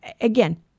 again